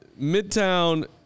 Midtown